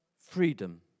freedom